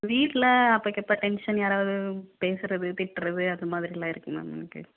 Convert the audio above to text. வீட்டில் அப்போக்கப்ப டென்ஷன் யாராவது பேசுகிறது திட்டுறது அந்தமாதிரிலாம் இருக்குது மேம் எனக்கு